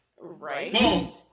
Right